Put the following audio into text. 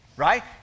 Right